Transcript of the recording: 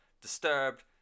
Disturbed